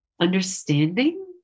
understanding